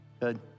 Good